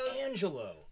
Angelo